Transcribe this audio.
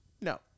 No